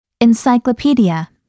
Encyclopedia